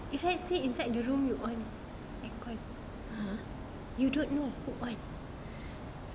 if let's say inside the room you on aircon you don't know who on